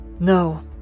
No